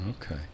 Okay